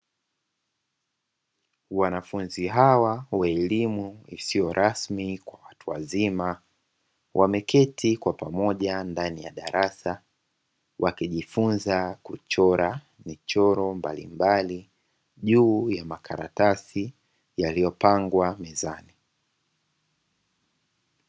Wanafunzi hawa wa elimu isiyo rasmi kwa watu wazima, wameketi kwa pamoja ndani ya darasa, wakijifunza kuchora michoro mbalimbali juu ya makaratasi yaliyopangwa mezani.